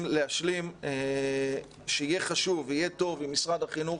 להשלים שיהיה חשוב וטוב אם משרד החינוך